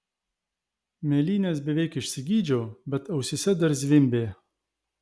mėlynes beveik išsigydžiau bet ausyse dar zvimbė